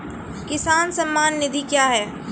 किसान सम्मान निधि क्या हैं?